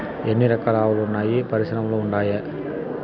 ఎన్ని రకాలు ఆవులు వున్నాయి పరిశ్రమలు ఉండాయా?